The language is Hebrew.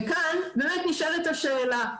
וכאן באמת נשאלת השאלה,